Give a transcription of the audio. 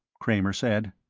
kramer said.